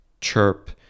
chirp